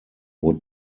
would